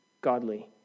godly